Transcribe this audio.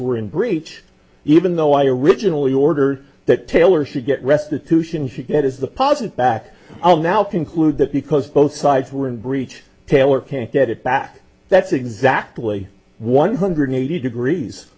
were in breach even though i originally order that taylor should get restitution should that is the positive back i'll now conclude that because both sides were in breach taylor can't get it back that's exactly one hundred eighty degrees